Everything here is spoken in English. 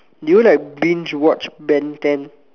do you like binge watch Ben-ten